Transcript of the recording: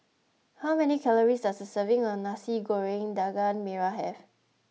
how many calories does a serving of nasi goreng daging merah have